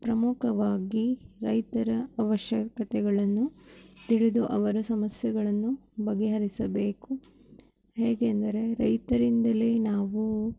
ಪ್ರಮುಖವಾಗಿ ರೈತರ ಅವಶ್ಯಕತೆಗಳನ್ನು ತಿಳಿದು ಅವರ ಸಮಸ್ಯೆಗಳನ್ನು ಬಗೆಹರಿಸಬೇಕು ಹೇಗೆಂದರೆ ರೈತರಿಂದಲೇ ನಾವು